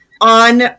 on